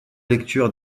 lecture